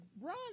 run